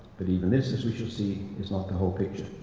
but even this, as we shall see, is not the whole picture.